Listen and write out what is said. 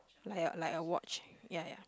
like a like a watch ya ya